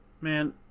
Man